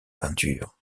peinture